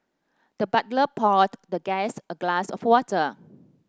the butler poured the guest a glass of water